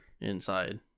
Inside